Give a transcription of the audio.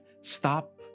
stop